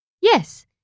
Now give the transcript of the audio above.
Yes